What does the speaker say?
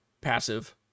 passive